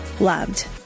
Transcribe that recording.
loved